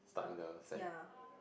err ya